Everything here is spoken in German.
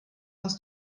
aus